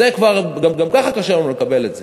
זה כבר, גם ככה קשה לנו לקבל את זה.